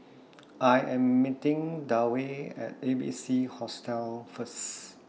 I Am meeting Dewey At A B C Hostel First